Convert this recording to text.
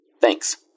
Thanks